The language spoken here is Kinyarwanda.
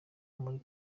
muri